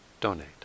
donate